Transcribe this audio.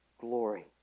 Glory